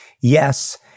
yes